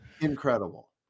incredible